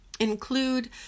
include